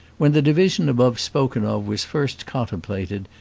when the division above spoken of was first contemplated,